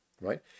right